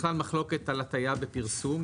בכלל הייתה מחלוקת על הטעיה בפרסום.